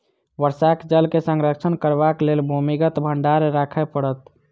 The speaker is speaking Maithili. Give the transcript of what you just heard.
वर्षाक जल के संरक्षण करबाक लेल भूमिगत भंडार राखय पड़त